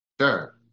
Sure